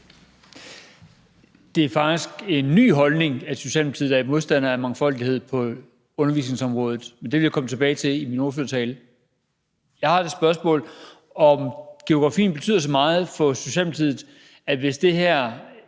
Det er faktisk en ny holdning, at Socialdemokratiet er modstandere af mangfoldighed på undervisningsområdet, men det vil jeg komme tilbage til i min ordførertale. Jeg har et spørgsmål, nemlig om geografien betyder så meget for Socialdemokratiet, og om det, hvis